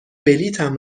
بلیطم